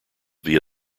via